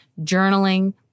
journaling